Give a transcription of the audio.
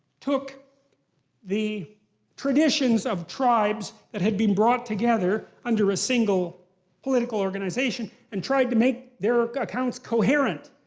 took the traditions of tribes that had been brought together under a single political organization, and tried to make their accounts coherent.